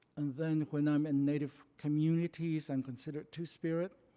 and then when i'm in native communities, i'm considered two-spirit.